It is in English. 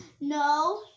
no